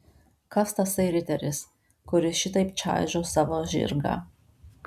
kas tasai riteris kuris šitaip čaižo savo žirgą